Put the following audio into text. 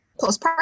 postpartum